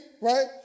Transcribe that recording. right